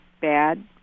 bad